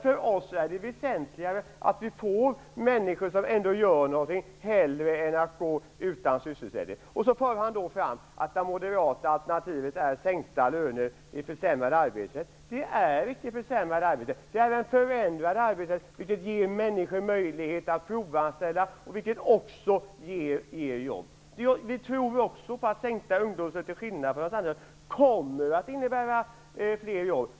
För oss är det väsentligare att människor ändå gör någonting än att de går utan sysselsättning. Han säger att det moderata alternativet är sänkta löner och försämrade arbeten. Det är icke försämrade arbeten. Det är att förändra arbetet och ge möjlighet för människor till provanställning, vilket också ger jobb. Vi tror också på att sänkta ungdomslöner kommer att innebära fler jobb.